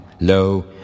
Lo